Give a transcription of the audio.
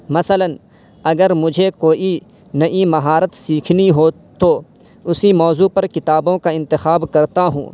مثلاً اگر مجھے کوئی نئی مہارت سیکھنی ہو تو اسی موضوع پر کتابوں کا انتخاب کرتا ہوں